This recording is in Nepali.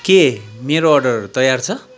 के मेरो अर्डर तयार छ